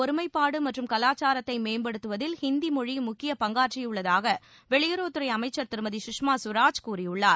ஒருமைப்பாடு மற்றும் கலாச்சாரத்தை மேம்படுத்துவதில் ஹிந்தி மொழி முக்கியப் நாட்டின் பங்காற்றியுள்ளதாக வெளியுறவுத் துறை அமைச்சர் திருமதி சுஷ்மா ஸ்வராஜ் கூறியுள்ளார்